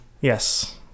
Yes